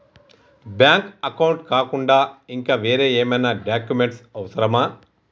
Bank account కాకుండా ఇంకా వేరే ఏమైనా డాక్యుమెంట్స్ అవసరమా?